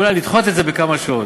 כולה, לדחות את זה בכמה שעות.